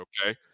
okay